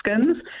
skins